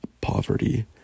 poverty